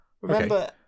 Remember